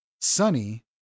Sunny